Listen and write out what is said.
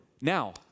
Now